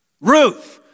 Ruth